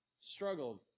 struggled